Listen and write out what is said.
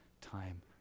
time